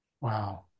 Wow